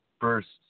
first